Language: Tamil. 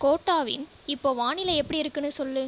கோட்டாவின் இப்போது வானிலை எப்படி இருக்குதுன்னு சொல்